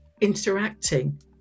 interacting